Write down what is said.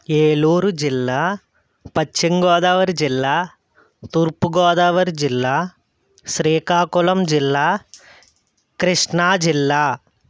ఏలూరు జిల్లా పశ్చిమ గోదావరి జిల్లా తూర్పు గోదావరి జిల్లా శ్రీకాకళం జిల్లా కృష్ణా జిల్లా